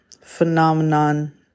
phenomenon